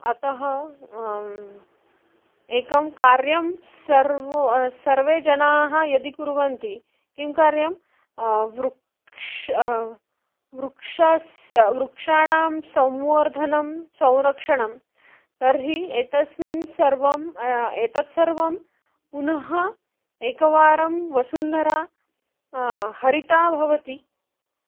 अतः एकं कार्यं सर्वे सर्वे जनाः यदि कुर्वन्ति किं कार्यं वृक्षः वृक्षस्य वृक्षाणां संवर्धनं संरक्षणं तर्हि एतस्मिन् सर्वं एतत् सर्वं पुनः एकवारं वसुन्धरा हरिता भवति